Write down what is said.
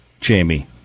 Jamie